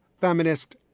feminist